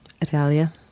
Italia